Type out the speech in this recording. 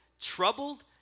troubled